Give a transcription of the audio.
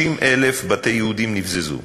50,000 בתי יהודים נבזזו.